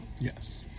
Yes